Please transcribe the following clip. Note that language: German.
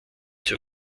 zur